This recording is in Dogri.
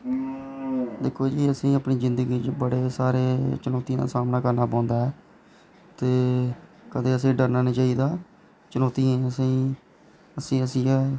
दिक्खो जी असेंगी जिंदगी बिच बड़ी सारी मुश्कलें दा सामना करना पौंदा ऐ ते कदें असें डरना निं चाहिदा चुनौतियां असें हस्सी हस्सियै